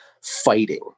fighting